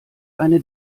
eine